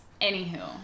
anywho